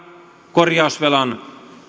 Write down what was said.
korjausvelan